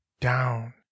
down